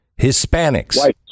hispanics